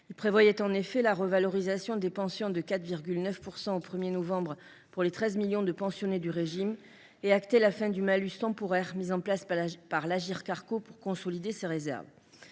ci prévoyait en effet la revalorisation des pensions de 4,9 % au 1 novembre pour les 13 millions de pensionnés du régime et actait la fin du malus temporaire mis en place par l’Agirc Arrco pour consolider ses réserves.